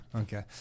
Okay